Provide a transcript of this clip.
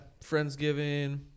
Friendsgiving